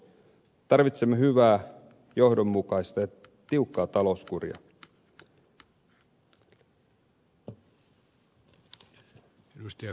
tarvitsemme hyvää johdonmukaista ja tiukkaa talouskuria